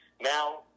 now